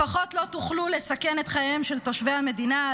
לפחות לא תוכלו לסכן את חייהם של תושבי המדינה,